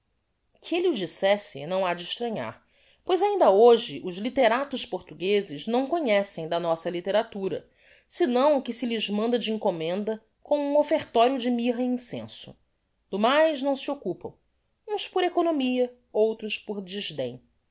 que elle o dissesse não ha extranhar pois ainda hoje os litteratos portuguezes não conhecem da nossa litteratura senão o que se lhes manda de encommenda com um offertorio de mirra e incenso do mais não se occupam uns por economia outros por desdem